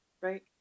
right